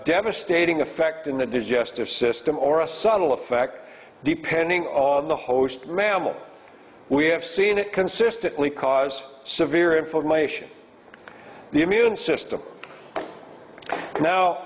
devastating effect in that there's justice system or a subtle effect depending on the host mammal we have seen it consistently cause severe information the immune system now